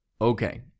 Okay